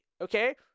Okay